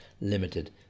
limited